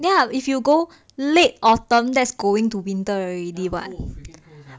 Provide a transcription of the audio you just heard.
ya if you go late autumn that's going to winter already [what]